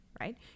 right